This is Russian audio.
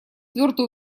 твердо